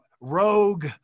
rogue